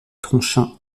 tronchin